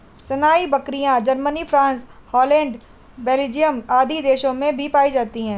सानेंइ बकरियाँ, Germany, France, Holland, Belgium आदि देशों में भी पायी जाती है